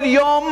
כל יום